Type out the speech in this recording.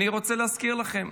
אז אני רוצה להזכיר לכם.